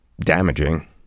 damaging